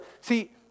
See